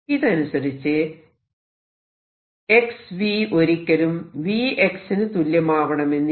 ഇതനുസരിച്ച് xv ഒരിക്കലും vx നു തുല്യമാവണമെന്നില്ല